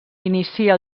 inicia